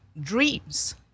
dreams